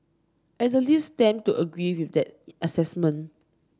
analysts tend to agree with that assessment